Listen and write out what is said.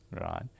right